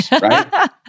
Right